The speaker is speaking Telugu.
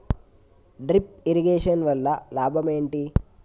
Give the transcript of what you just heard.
డ్రిప్ ఇరిగేషన్ వల్ల లాభం ఏంటి?